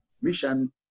mission